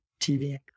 tv